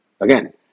again